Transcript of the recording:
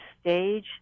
stage